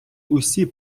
усі